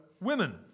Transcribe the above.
women